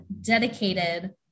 dedicated